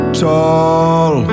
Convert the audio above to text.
tall